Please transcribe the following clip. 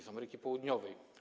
z Ameryki Południowej.